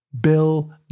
Bill